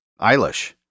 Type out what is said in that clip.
Eilish